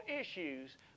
issues